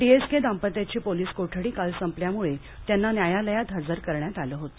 DSK दाम्पत्यांची police कोठडी काल संपल्यामुळे त्यांना न्यायालयात हजर करण्यात आल होतं